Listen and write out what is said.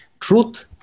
truth